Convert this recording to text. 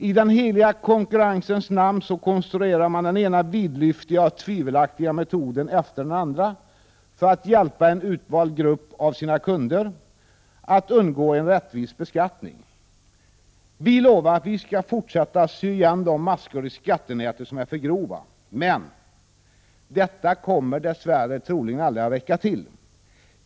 I den heliga konkurrensens namn konstruerar man den ena vidlyftiga och tvivelaktiga metoden efter den andra för att hjälpa en utvald grupp av sina kunder att undgå en rättvis beskattning. Vi lovar att vi skall fortsätta att sy igen de maskor i skattenätet som är för grova, men detta kommer dess värre troligen aldrig att räcka till.